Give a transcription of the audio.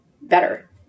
better